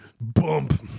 Bump